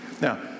Now